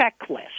checklist